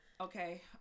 Okay